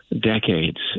decades